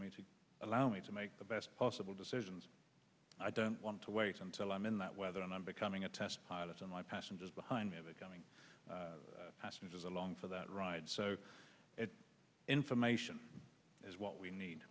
me to allow me to make the best possible decisions i don't want to wait until i'm in that weather and i'm becoming a test pilot and my passengers behind me becoming passengers along for that ride so information is what we need